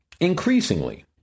Increasingly